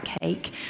cake